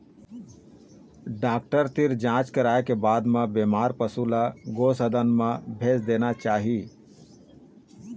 doctor तीर जांच कराए के बाद म बेमार पशु ल गो सदन म भेज देना चाही